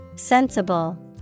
Sensible